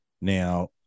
now